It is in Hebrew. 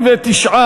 התשע"ב 2012,